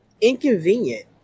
inconvenient